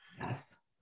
Yes